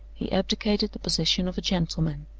he abdicated the position of a gentleman.